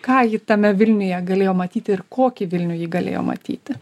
ką ji tame vilniuje galėjo matyti ir kokį vilnių ji galėjo matyti